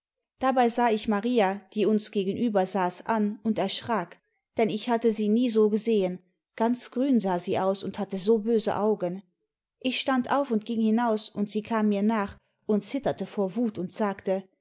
dabei sah ich maria die uns gegenüber saß an und erschrak denn ich hatte sie nie so gesehen ganz grün sah sie aus und hatte so böse augen ich stand auf und ging hinaus und sie kam mir nach und zitterte vor wut und sagte